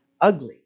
ugly